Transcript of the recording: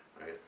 right